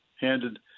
handed